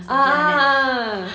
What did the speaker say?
a'ah a'ah a'ah